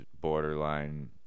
borderline